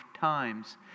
Times